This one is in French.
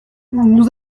nous